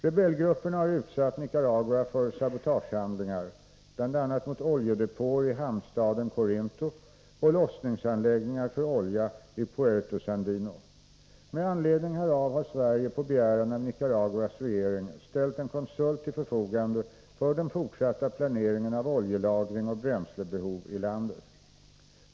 Rebellgrupper har utsatt Nicaragua för sabotagehandlingar, bl.a. mot oljedepåer i hamnstaden Corinto och lossningsanläggningar för olja i Puerto Sandino. Med anledning härav har Sverige på begäran av Nicaraguas regering ställt en konsult till förfogande för den fortsatta planeringen av oljelagring och bränslebehov i landet.